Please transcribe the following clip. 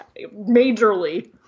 majorly